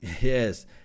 Yes